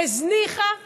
הזניחה והזניחה,